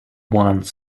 one